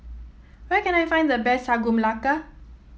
where can I find the best Sagu Melaka